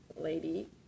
lady